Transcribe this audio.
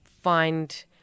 find